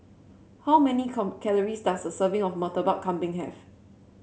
how many calories does a serving of Murtabak Kambing have